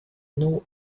know